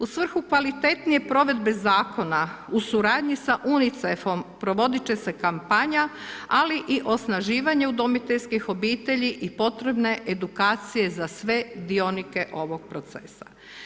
U svrhu kvalitetnije provedbe zakona, u suradnji sa UNICEF-om provoditi će se kampanja, ali i osnaživanje udomiteljskih obitelji i potrebne edukacije za sve dionike ovog procesa.